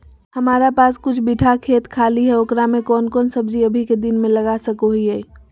हमारा पास कुछ बिठा खेत खाली है ओकरा में कौन कौन सब्जी अभी के दिन में लगा सको हियय?